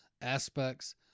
aspects